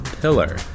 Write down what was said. Pillar